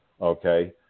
okay